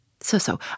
So-so